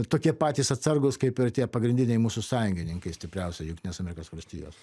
tokie patys atsargūs kaip ir tie pagrindiniai mūsų sąjungininkai stipriausi jungtinės amerikos valstijos